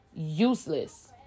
useless